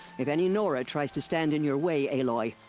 if any nora tries to stand in your way, aloy.